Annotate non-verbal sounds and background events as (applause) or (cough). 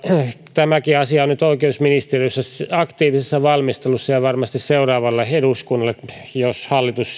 tämäkin asia on nyt oikeusministeriössä aktiivisessa valmistelussa ja varmasti seuraavassa eduskunnassa jos silloinen hallitus (unintelligible)